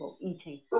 eating